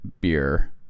beer